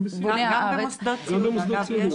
גם במוסדות סיעוד.